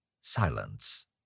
Silence